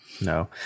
no